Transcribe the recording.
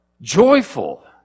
joyful